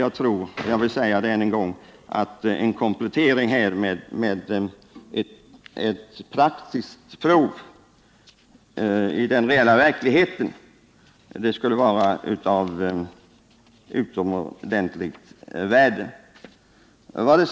Jag tror därför — jag vill upprepa det — att en komplettering med ett praktiskt prov på hur arbetsmarknaden skulle fungera i vid en lägsta åldersgräns för lagens giltighet skulle vara av utomordentligt stort värde.